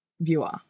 viewer